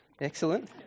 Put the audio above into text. Excellent